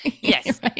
Yes